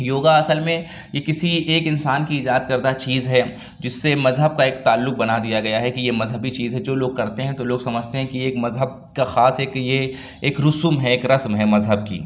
یوگا اصل میں یہ کسی ایک انسان کی ایجاد کردہ چیز ہے جس سے مذہب کا ایک تعلق بنا دیا گیا ہے کہ یہ مذہبی چیز ہے جو لوگ کرتے ہیں تو لوگ سمجھتے ہیں کہ ایک مذہب کا خاص ایک یہ ایک رسوم ہے ایک رسم ہے مذہب کی